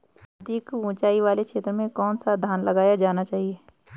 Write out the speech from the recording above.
अधिक उँचाई वाले क्षेत्रों में कौन सा धान लगाया जाना चाहिए?